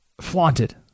flaunted